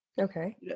Okay